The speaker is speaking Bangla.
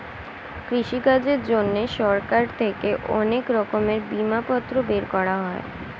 কৃষিকাজের জন্যে সরকার থেকে অনেক রকমের বিমাপত্র বের করা হয়